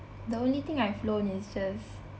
the only thing I've loan is just